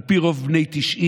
על פי רוב בני 90,